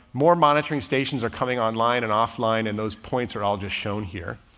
more monitoring stations are coming online and offline and those points are all just shown here.